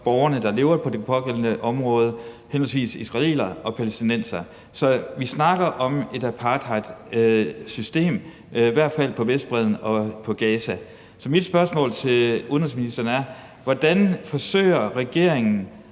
borgerne, der lever i de pågældende områder, henholdsvis israelere og palæstinensere. Så vi snakker om et apartheidsystem – i hvert fald på Vestbredden og i Gaza. Så mit spørgsmål til udenrigsministeren er: Hvordan forsøger regeringen